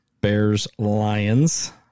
Bears-Lions